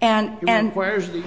and and where is the